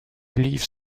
leave